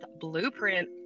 Blueprint